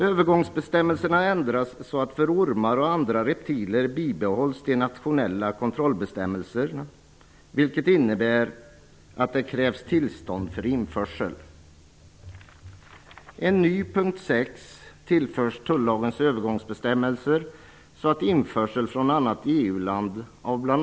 Övergångsbestämmelserna ändras så att för ormar och andra reptiler bibehålls de nationella kontrollbestämmelserna, vilket innebär att det krävs tillstånd för införsel.